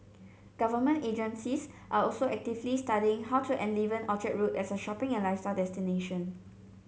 government agencies are also actively studying how to enliven Orchard Road as a shopping and lifestyle destination